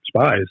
spies